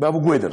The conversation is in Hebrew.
באבו קוידר.